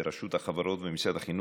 ורשות החברות ומשרד החינוך,